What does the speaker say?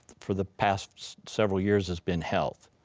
for the past several years, has been health.